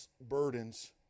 burdens